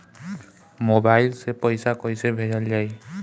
Mobile से पैसा कैसे भेजल जाइ?